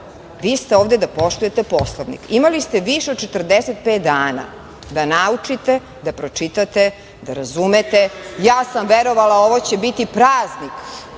vi ste ovde da poštujete Poslovnik. Imali ste više od 45 dana da naučite da pročitate, da razumete, ja sam verovala ovo će biti praznik